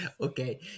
Okay